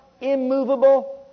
Immovable